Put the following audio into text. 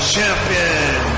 Champion